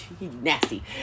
Nasty